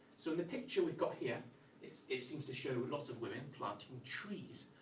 so in the picture we've got here it it seems to show lots of women planting trees.